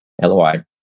LOI